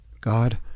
God